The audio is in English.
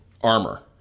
armor